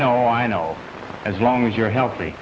know i know as long as you're healthy